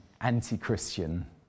anti-christian